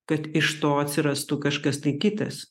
kad iš to atsirastų kažkas tai kitas